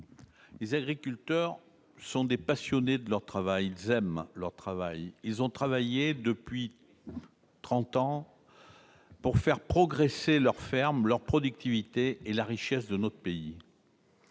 les agriculteurs sont des passionnés. Ils aiment leur travail. Ils travaillent pour faire progresser leur ferme, leur productivité et la richesse de notre pays.